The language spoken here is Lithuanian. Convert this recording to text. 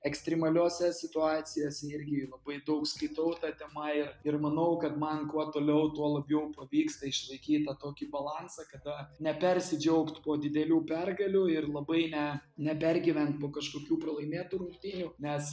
ekstrimaliose situacijose irgi labai daug skaitau ta tema ir ir manau kad man kuo toliau tuo labiau pavyksta išlaikyt tą tokį balansą kada nepersidžiaugt po didelių pergalių ir labai ne nepergyvent po kažkokių pralaimėtų rungtynių nes